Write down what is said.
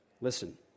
Listen